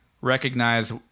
recognize